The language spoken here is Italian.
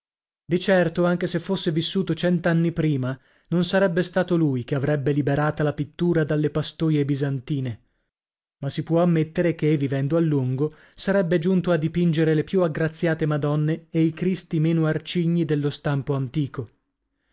di certo anche se fosse vissuto cent'anni prima non sarebbe stato lui che avrebbe liberata la pittura dalle pastoie bisantine ma si può ammettere che vivendo a lungo sarebbe giunto a dipingere le più aggraziate madonne e i cristi meno arcigni dello stampo antico